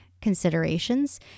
considerations